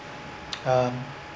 um